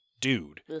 dude